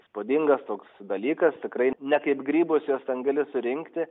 įspūdingas toks dalykas tikrai ne kaip grybus juos ten gali surinkti